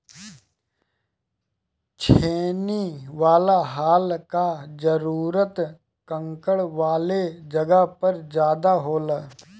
छेनी वाला हल कअ जरूरत कंकड़ वाले जगह पर ज्यादा होला